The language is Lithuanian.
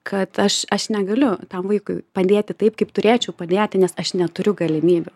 kad aš aš negaliu tam vaikui padėti taip kaip turėčiau padėti nes aš neturiu galimybių